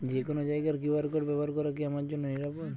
যে কোনো জায়গার কিউ.আর কোড ব্যবহার করা কি আমার জন্য নিরাপদ?